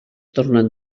tornen